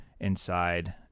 inside